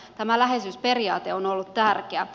tämä läheisyysperiaate on ollut tärkeä